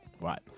Right